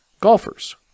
golfers